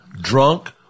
drunk